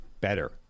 better